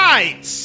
Right